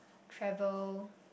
travel